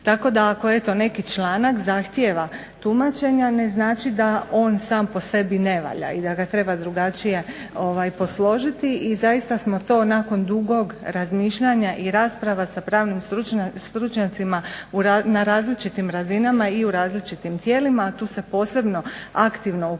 Tako da ako eto neki članak zahtijeva tumačenja ne znači da on sam po sebi ne valja i da ga treba drugačije posložiti. I zaista smo to nakon dugog razmišljanja i rasprava sa pravnim stručnjacima na različitim razinama i u različitim tijelima, a tu se posebno aktivno uključio